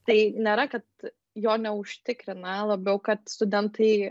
tai nėra kad jo neužtikrina labiau kad studentai